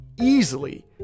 easily